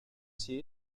see